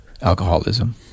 alcoholism